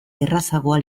errazagoa